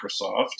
Microsoft